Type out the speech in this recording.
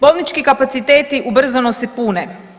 Bolnički kapaciteti ubrzano se pune.